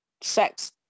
sex